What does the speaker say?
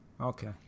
okay